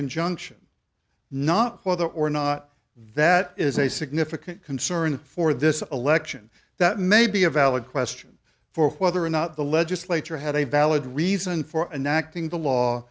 injunction not whether or not that is a significant concern for this election that may be a valid question for whether or not the legislature had a valid reason for an acting the law